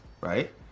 right